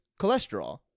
cholesterol